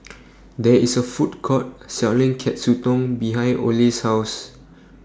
There IS A Food Court Selling Katsudon behind Ole's House